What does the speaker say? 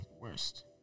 worst